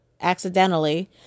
accidentally